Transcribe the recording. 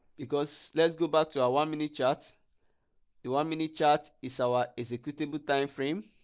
because let's go back to our one minute chart the one minute chart is our executable time frame